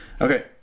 Okay